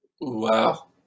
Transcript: Wow